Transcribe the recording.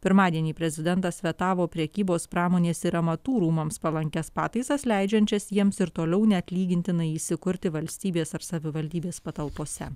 pirmadienį prezidentas vetavo prekybos pramonės ir amatų rūmams palankias pataisas leidžiančias jiems ir toliau neatlygintinai įsikurti valstybės ar savivaldybės patalpose